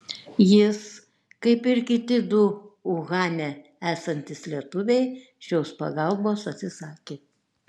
jis kaip ir kiti du uhane esantys lietuviai šios pagalbos atsisakė